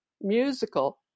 musical